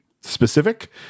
specific